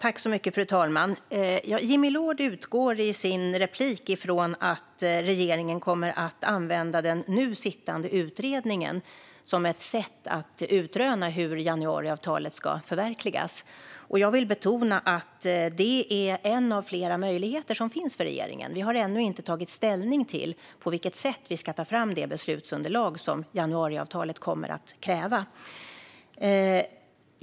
Fru talman! Jimmy Loord utgår i sitt inlägg från att regeringen kommer att använda den nu sittande utredningen som ett sätt att utröna hur januariavtalet ska förverkligas. Jag vill betona att det är en av flera möjligheter som finns för regeringen. Vi har ännu inte tagit ställning till på vilket sätt vi ska ta fram det beslutsunderlag som januariavtalet kommer att kräva.